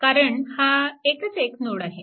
कारण हा एकच एक नोड आहे